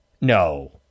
No